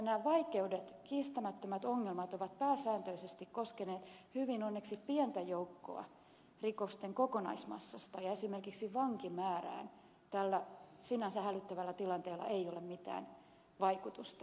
nämä vaikeudet kiistämättömät ongelmat ovat pääsääntöisesti koskeneet onneksi hyvin pientä joukkoa rikosten kokonaismassasta ja esimerkiksi vankimäärään tällä sinänsä hälyttävällä tilanteella ei ole mitään vaikutusta